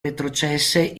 retrocesse